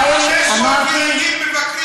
2,500 ילדים מבקרים שם.